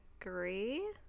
Agree